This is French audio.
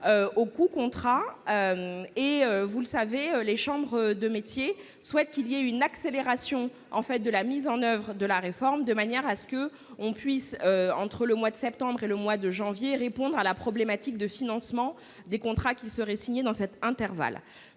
« coût-contrat ». Vous le savez, les chambres de métiers souhaitent une accélération de la mise en oeuvre de la réforme, afin que l'on puisse, entre le mois de septembre et le mois de janvier, répondre à la problématique du financement des contrats qui seraient signés dans cet intervalle.